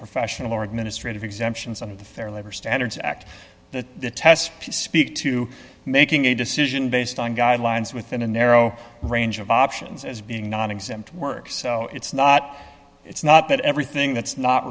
professional or administrative exemptions under the fair labor standards act the test speak to making a decision based on guidelines within a narrow range of options as being nonexempt work so it's not it's not that everything that's not